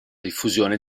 diffusione